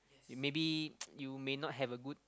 maybe you may not have a good